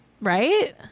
Right